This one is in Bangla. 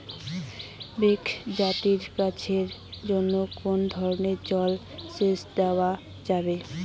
বৃক্ষ জাতীয় গাছের জন্য কোন ধরণের জল সেচ দেওয়া যাবে?